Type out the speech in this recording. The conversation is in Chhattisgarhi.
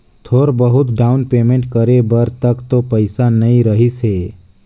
थोर बहुत डाउन पेंमेट करे बर तक तो पइसा नइ रहीस हे